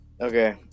Okay